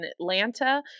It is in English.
Atlanta